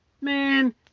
Man